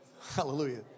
Hallelujah